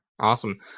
Awesome